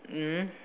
mm